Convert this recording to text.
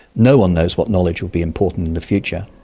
no one knows what knowledge will be important in the future.